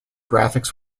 graphics